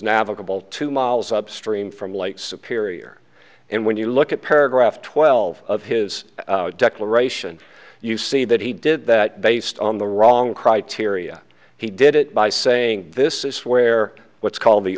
navigable two miles upstream from lake superior and when you look at paragraph twelve his declaration you see that he did that based on the wrong criteria he did it by saying this is where what's called the